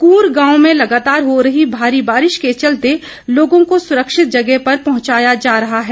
कूर गांव में लगातार हो रही भारी बारिश के चलते लोगों को सुरक्षित जगह पर पहुंचाया जा रहा है